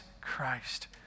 Christ